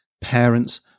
parents